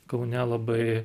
kaune labai